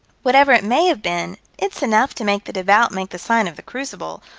whatever it may have been, it's enough to make the devout make the sign of the crucible,